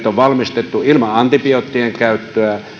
on kasvatettu ilman antibioottien käyttöä